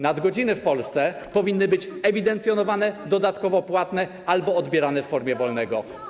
Nadgodziny w Polsce powinny być ewidencjonowane, dodatkowo płatne albo odbierane w formie wolnego.